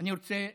אני רוצה